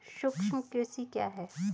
सूक्ष्म कृषि क्या है?